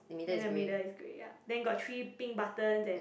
then the middle is grey ya then got three pink button then